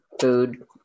food